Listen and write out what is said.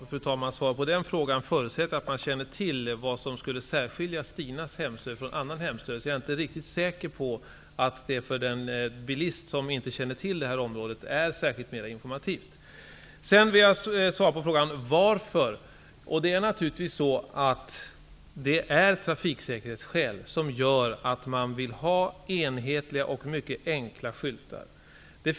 Fru talman! Svaret på den frågan förutsätter att man känner till vad som skulle särskilja Stinas hemslöjd från annan hemslöjd. Jag är inte riktigt säker på att det är mera informativt för den bilist som inte närmare känner till området ifråga. Svaret på frågan varför sådana skyltar inte får sättas upp är att man av trafiksäkerhetsskäl vill ha enhetliga och mycket enkla skyltar.